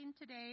today